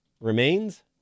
remains